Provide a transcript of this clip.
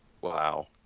Wow